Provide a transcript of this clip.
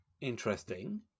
Interesting